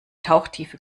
tauchtiefe